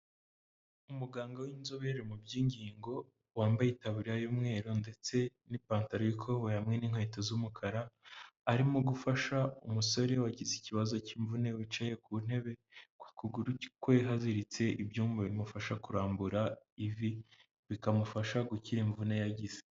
Umuganga w'inzobere mu by'ingingo wambaye itaburiya y'umweru ndetse n'ipantaro y'ikoboyi hamwe n'inkweto z'umukara, arimo gufasha umusore wagize ikibazo cy'imvune wicaye ku ntebe ku kuguru kwe haziritse ibyuma bimufasha kurambura ivi bikamufasha gukira imvune yagize.